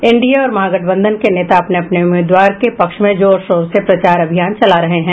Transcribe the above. NDA और महागठबंधन के नेता अपने अपने उम्मीदवार के पक्ष में जोर शोर से प्रचार अभियान चला रहे हैं